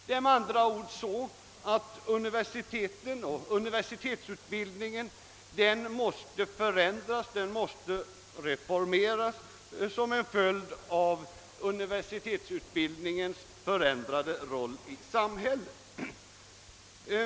Det är med andra ord nödvändigt att universiteten och universitetsutbildningen förändras och reformeras som en följd av universitetsutbildningens förändrade roll i samhället.